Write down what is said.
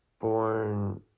born